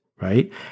right